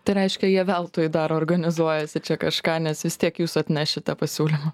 tai reiškia jie veltui dar organizuojasi čia kažką nes vis tiek jūs atnešite pasiūlymą